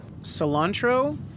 Cilantro